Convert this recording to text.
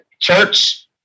church